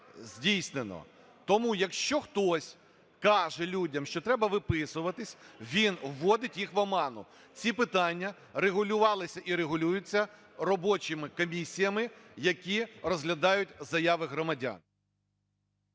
здійснено. Тому якщо хтось каже людям, що треба виписуватись, він вводить їх в оману. Ці питання регулювалися і регулюються робочими комісіями, які розглядають заяви громадян.